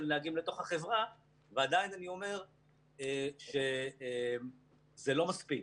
נהגים לתוך החברה ועדיין אני אומר שזה לא מספיק.